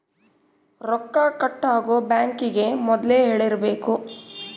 ರೊಕ್ಕ ಕಟ್ ಆಗೋ ಬ್ಯಾಂಕ್ ಗೇ ಮೊದ್ಲೇ ಹೇಳಿರಬೇಕು